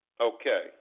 Okay